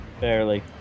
Barely